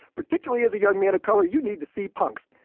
particularly as a young man of color? you need to see punks.